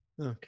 Okay